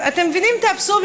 אתם מבינים את האבסורד?